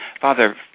father